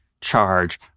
charge